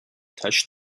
touched